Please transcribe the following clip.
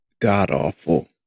god-awful